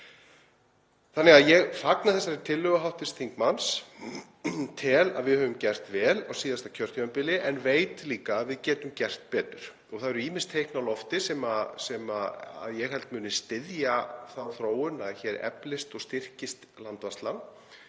Þannig að ég fagna þessari tillögu hv. þingmanns. Ég tel að við höfum gert vel á síðasta kjörtímabili en veit líka að við getum gert betur. Það eru ýmis teikn á lofti sem ég held að muni styðja þá þróun að hér eflist og styrkist landvarslan.